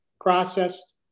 processed